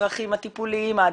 לצרכים הטיפוליים העדכניים,